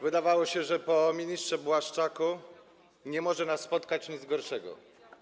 Wydawało się, że po ministrze Błaszczaku nie może nas spotkać nic gorszego.